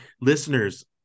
listeners